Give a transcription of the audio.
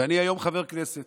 ואני היום חבר הכנסת,